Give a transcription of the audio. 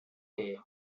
day